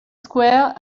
square